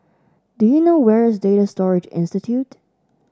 do you know where is Data Storage Institute